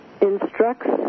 instructs